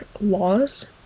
laws